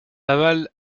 laval